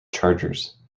chargers